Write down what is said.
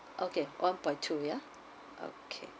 okay one point two ya okay